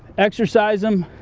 exercise them,